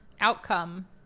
outcome